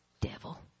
devil